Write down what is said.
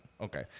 Okay